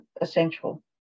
essential